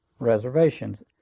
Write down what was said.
reservations